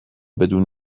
بدون